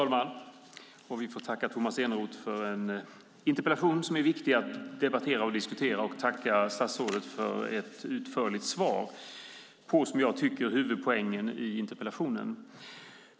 Fru talman! Vi får tacka Tomas Eneroth för en interpellation som är viktig att debattera och diskutera samt tacka statsrådet för ett utförligt svar på det som jag tycker är huvudpoängen i interpellationen.